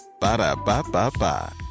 Ba-da-ba-ba-ba